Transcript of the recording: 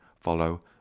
follow